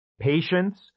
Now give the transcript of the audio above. patience